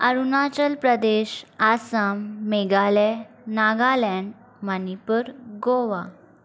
Arunachal Pradesh Assam Meghalaya Nagaland Manipur Goa